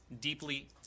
deeply